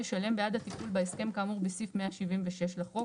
ישלם בעד הטיפול בהסכם כאמור בסעיף 176 לחוק,